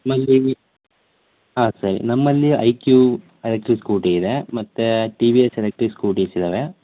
ನಮ್ಮದು ಇಲ್ಲಿ ಹಾಂ ಸರಿ ನಮ್ಮಲ್ಲಿ ಐಕ್ಯು ಎಲೆಕ್ಟ್ರಿಕ್ ಸ್ಕೂಟಿ ಇದೆ ಮತ್ತು T V S electric scooties ಇದ್ದಾವೆ